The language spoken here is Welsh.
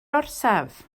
orsaf